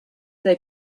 they